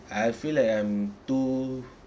I feel like I'm too